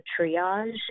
triage